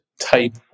type